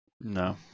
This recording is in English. no